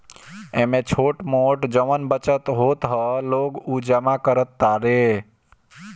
एमे छोट मोट जवन बचत होत ह लोग उ जमा करत तारे